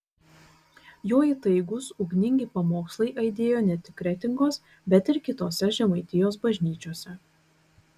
jo įtaigūs ugningi pamokslai aidėjo ne tik kretingos bet ir kitose žemaitijos bažnyčiose